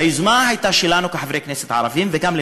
היוזמה הייתה שלנו כחברי כנסת ערבים וגם של